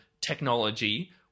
technology